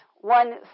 One